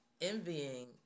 envying